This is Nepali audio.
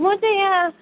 म चाहिँ यहाँ